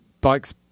bikes